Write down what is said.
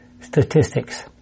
statistics